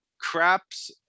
craps